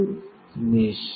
FL full finish